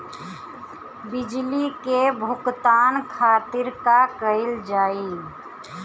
बिजली के भुगतान खातिर का कइल जाइ?